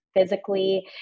physically